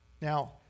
Now